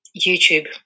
YouTube